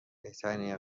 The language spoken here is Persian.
بهترین